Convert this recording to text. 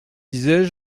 disais